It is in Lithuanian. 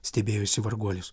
stebėjosi varguolis